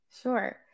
Sure